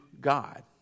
God